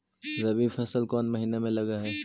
रबी फसल कोन महिना में लग है?